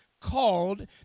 called